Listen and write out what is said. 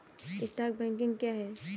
Stock broking क्या है?